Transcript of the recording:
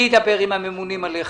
אני אדבר עם הממונים עליך.